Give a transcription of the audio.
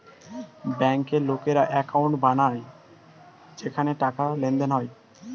ব্যাংকে লোকেরা অ্যাকাউন্ট বানায় যেখানে টাকার লেনদেন হয়